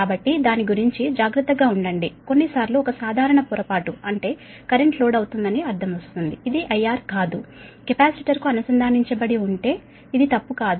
కాబట్టి దాని గురించి జాగ్రత్తగా ఉండండి కొన్నిసార్లు ఒక సాధారణ పొరపాటు అంటే కరెంట్ లోడ్ అవుతుందని అర్థం ఇది IR కాదు కెపాసిటర్ కు అనుసంధానించబడి ఉంటే ఇది తప్పు కాదు